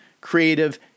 creative